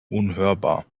unhörbar